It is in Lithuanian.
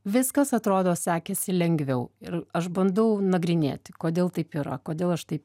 viskas atrodo sekėsi lengviau ir aš bandau nagrinėti kodėl taip yra kodėl aš taip